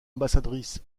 ambassadrice